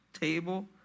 Table